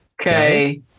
Okay